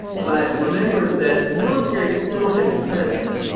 but remember that the military still has a presence,